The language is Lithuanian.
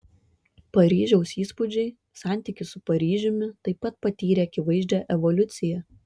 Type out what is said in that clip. paryžiaus įspūdžiai santykis su paryžiumi taip pat patyrė akivaizdžią evoliuciją